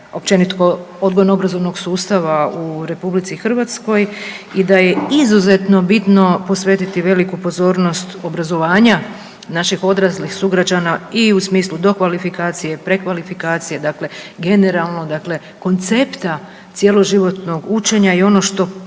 općenito odgojno-obrazovnog sustava u Republici Hrvatskoj i da je izuzetno bitno posvetiti veliku pozornost obrazovanja naših odraslih sugrađana i u smislu dokvalifikacije, prekvalifikacije dakle generalno koncepta cjeloživotnog učenja. I ono što